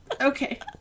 okay